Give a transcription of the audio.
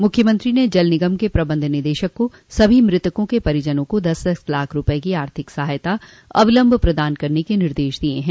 मूख्यमंत्री ने जल निगम के प्रबंध निदेशक को सभी मृतकों के परिजनों को दस दस लाख रूपये की आर्थिक सहायता अविलम्ब प्रदान करने के निर्देश दिये हैं